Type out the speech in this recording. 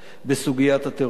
בסוגיית הטרור.